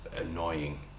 annoying